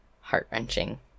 Heart-wrenching